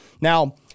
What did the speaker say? Now